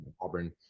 Auburn